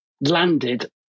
landed